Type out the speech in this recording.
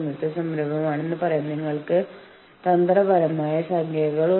സ്ഥാപനത്തിന് പുറത്ത് നിന്ന് തിരഞ്ഞെടുത്ത് യൂണിയനും മാനേജ്മെന്റും ഒരുപോലെ നഷ്ടപരിഹാരം നൽകണം